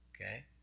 okay